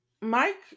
Mike